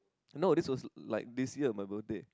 no this was like this year my birthday